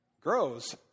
Grows